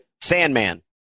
Sandman